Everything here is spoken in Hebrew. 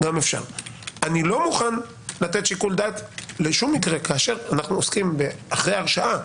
אני לא מוכן לתת שיקול דעת בשום מקרה אחרי הרשעה